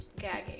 Gagging